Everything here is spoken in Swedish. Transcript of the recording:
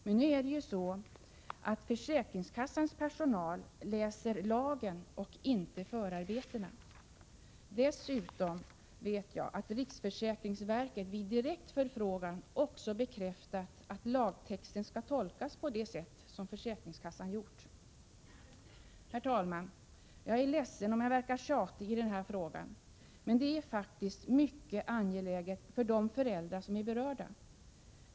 Men nu är det ju så, att 16 mars 1988 försäkringskassans personal läser lagen och inte förarbetena. Dessutom vet jag att riksförsäkringsverket vid direkt förfrågan också bekräftat att lagtexten skall tolkas på det sätt försäkringskassan gjort. Herr talman! Jag är ledsen om jag verkar tjatig i den här frågan, men den är faktiskt mycket angelägen för de föräldrar som är berörda.